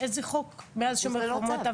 חיפוש ללא צו.